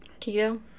Keto